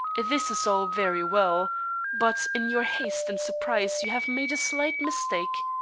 this is all very well but in your haste and surprise you have made a slight mistake.